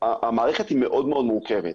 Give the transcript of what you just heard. המערכת היא מאוד מאוד מורכבת.